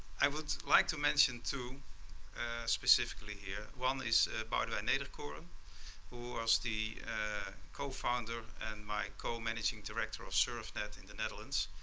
i would like to mention two specifically here. one is barla nellkor who was the co-founder and my co-managing director of surfnet in the netherlands,